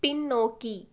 பின்னோக்கி